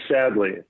sadly